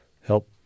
help